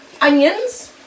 onions